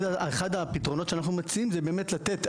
אחד הפתרונות שאנחנו מציעים זה באמת לתת,